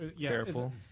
Careful